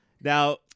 Now